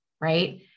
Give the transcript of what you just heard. right